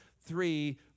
three